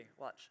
Watch